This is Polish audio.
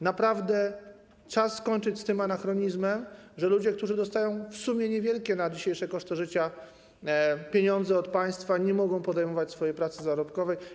Naprawdę czas skończyć z tym anachronizmem, że ludzie, którzy dostają w sumie niewielkie w przeliczeniu na dzisiejsze koszty życia pieniądze od państwa, nie mogą podejmować pracy zarobkowej.